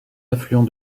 affluent